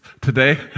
today